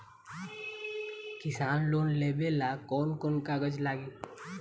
किसान लोन लेबे ला कौन कौन कागज लागि?